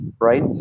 right